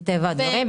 מטבע הדברים,